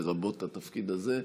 לרבות התפקיד הזה.